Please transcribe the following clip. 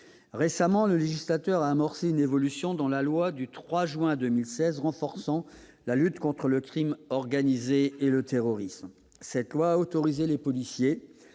Récemment, le législateur a amorcé une évolution avec la loi du 3 juin 2016 renforçant la lutte contre le crime organisé, le terrorisme et leur financement. Cette loi a autorisé les policiers,